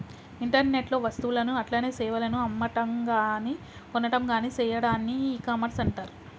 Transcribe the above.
internet లో వస్తువులను అట్లనే సేవలను అమ్మటంగాని కొనటంగాని సెయ్యాడాన్ని ఇకామర్స్ అంటర్